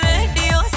Radio